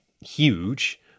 huge